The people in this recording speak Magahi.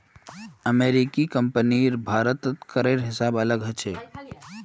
अमेरिकी कंपनीर भारतत करेर हिसाब अलग ह छेक